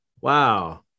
Wow